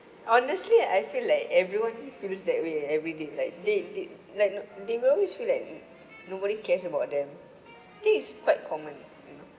honestly I feel like everyone feels that way everyday like they they like not they will always feel like nobody cares about them it is quite common you know